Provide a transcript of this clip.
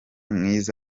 mwiza